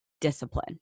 discipline